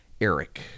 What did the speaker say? Eric